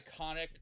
iconic